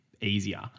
easier